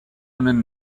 honen